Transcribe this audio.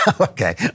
Okay